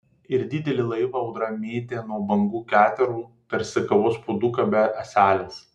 ir didelį laivą audra mėtė nuo bangų keterų tarsi kavos puoduką be ąselės